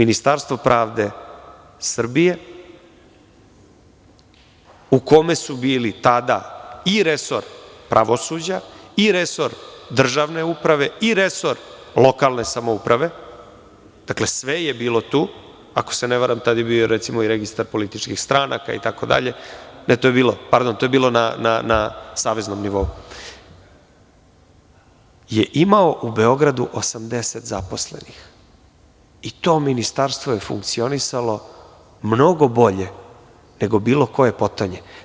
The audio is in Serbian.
Ministarstvo pravde Srbije u kome su bili tada i resor pravosuđa i resor državne uprave i resor lokalne samouprave, dakle, sve je bilo tu, ako se ne varam tad je bio recimo i registar političkih stranaka itd, to je bilo na saveznom nivou je imao u Beogradu 80 zaposlenih, i to ministarstvo je funkcionisalo mnogo bolje nego bilo koje potonje.